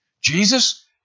Jesus